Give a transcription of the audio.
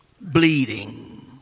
bleeding